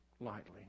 lightly